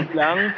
lang